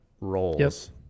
roles